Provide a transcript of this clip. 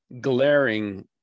glaring